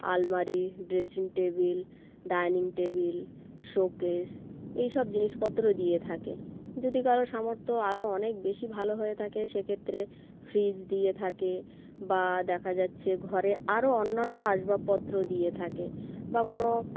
আলমারি dressing table dining table showcase এইসব জিনিসপত্র দিয়ে থাকে যদি কারও সামর্থ্য আরও অনেক বেশি ভালো হয়ে থাকে সেক্ষেত্রে ফ্রিজ দিয়ে থাকে বা দেখা যাচ্ছে ঘরে আরও অন্যান্য আসবাবপত্র দিয়ে থাকে বা কোনও